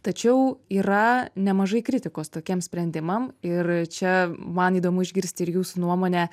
tačiau yra nemažai kritikos tokiems sprendimam ir čia man įdomu išgirst ir jūsų nuomonę